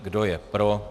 Kdo je pro?